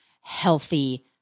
healthy